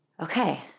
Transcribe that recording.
okay